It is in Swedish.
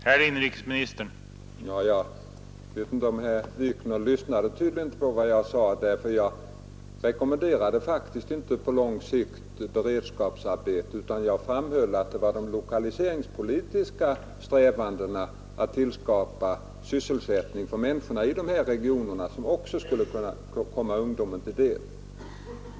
Herr talman! Herr Wikner lyssnade tydligen inte till vad jag sade. Jag rekommenderade faktiskt inte på längre sikt beredskapsarbeten, utan jag framhöll att de lokaliseringspolitiska strävandena för att tillskapa sysselsättning för människorna i dessa regioner också skulle komma ungdomen till del.